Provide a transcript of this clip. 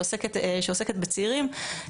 שעוסקת בצעירים,